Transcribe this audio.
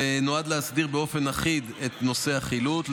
ונועד להסדיר באופן אחיד את נושא החילוט,